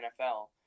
NFL